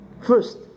first